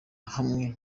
hamwe